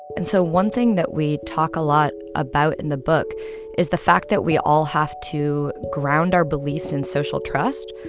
and so one thing that we talk a lot about in the book is the fact that we all have to ground our beliefs in social trust.